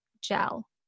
gel